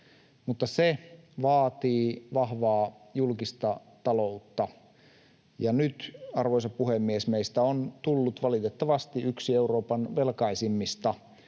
maista. Se vaatii vahvaa julkista taloutta, ja nyt, arvoisa puhemies, meistä on tullut valitettavasti yksi Euroopan velkaisimmista